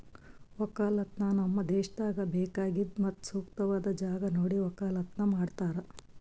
ಒಕ್ಕಲತನ ನಮ್ ದೇಶದಾಗ್ ಬೇಕಾಗಿದ್ ಮತ್ತ ಸೂಕ್ತವಾದ್ ಜಾಗ ನೋಡಿ ಒಕ್ಕಲತನ ಮಾಡ್ತಾರ್